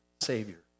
Savior